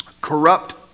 Corrupt